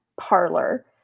parlor